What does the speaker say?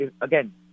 again